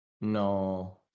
No